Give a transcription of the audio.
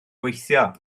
gweithio